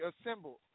assembled